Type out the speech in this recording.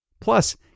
plus